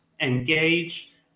engage